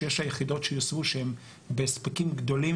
שש היחידות שיוסבו שהן בהספקים גדולים